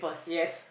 yes